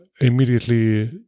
immediately